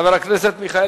חבר הכנסת מיכאל